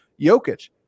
Jokic